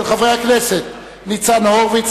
של חברי הכנסת ניצן הורוביץ,